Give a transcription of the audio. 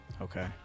Okay